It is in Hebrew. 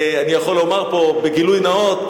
אני יכול לומר פה בגילוי נאות,